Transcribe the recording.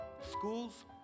Schools